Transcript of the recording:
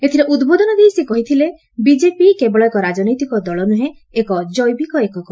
ଏଥିରେ ଉଦ୍ବୋଧନ ଦେଇ ସେ କହିଥିଲେ ବିକେପି କେବଳ ଏକ ରାଜନୈତିକ ଦଳ ନୁହେଁ ଏକ ଜୈବିକ ଏକକ